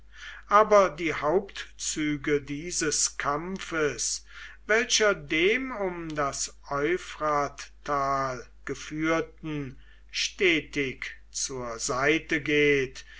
aber die hauptzüge dieses kampfes welcher dem um das euphrattal geführten stetig zur seite geht